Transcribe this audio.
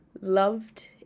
loved